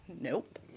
Nope